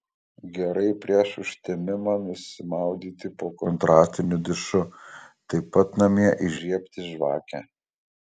gerai prieš užtemimą nusimaudyti po kontrastiniu dušu taip pat namie įžiebti žvakę